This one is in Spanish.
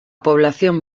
población